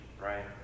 right